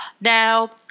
Now